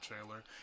trailer